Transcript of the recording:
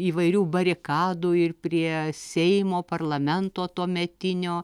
įvairių barikadų ir prie seimo parlamento tuometinio